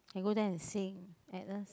can go there and sing Agnes